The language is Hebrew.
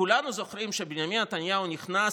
כולנו זוכרים שבנימין נתניהו נכנס